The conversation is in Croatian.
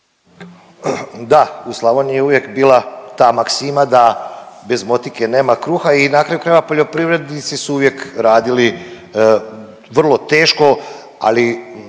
Da, u Slavoniji je uvijek bila ta maksima da bez motike nema kruha i na kraju krajeva, poljoprivrednici su uvijek radili vrlo teško, ali